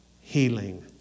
healing